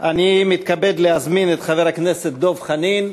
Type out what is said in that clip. אני מתכבד להזמין את חבר הכנסת דב חנין.